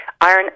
Iron